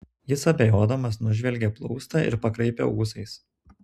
jis abejodamas nužvelgė plaustą ir pakraipė ūsais